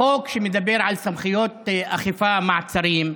החוק שמדבר על סמכויות אכיפה (מעצרים)